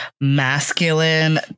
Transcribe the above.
masculine